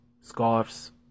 scarves